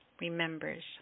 remembers